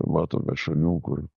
matome šalių kur